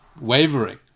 wavering